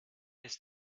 ist